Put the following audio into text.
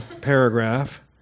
paragraph